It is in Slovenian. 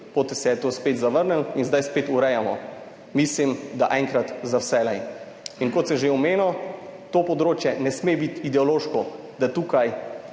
potem se je to spet zavrnilo in zdaj spet urejamo, mislim, da enkrat za vselej. Kot sem že omenil, to področje ne sme biti ideološko, da tukaj